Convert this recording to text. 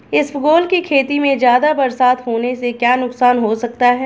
इसबगोल की खेती में ज़्यादा बरसात होने से क्या नुकसान हो सकता है?